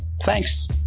thanks